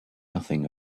nothing